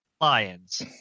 Lions